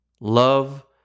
Love